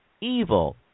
evil